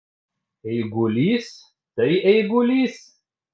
eigulys tai eigulys